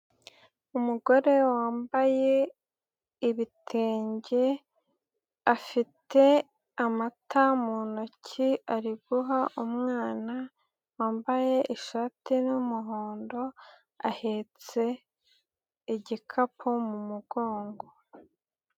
Umugore wambaye ibitenge afite amata mu ntoki ari guha umwana wambaye ishati y'umuhondo ahetse igikapu mu mugongo.